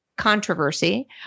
Controversy